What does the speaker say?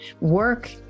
work